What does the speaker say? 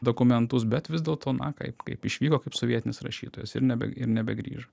dokumentus bet vis dėlto na kaip kaip išvyko kaip sovietinis rašytojas ir nebe ir nebegrįžo